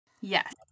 Yes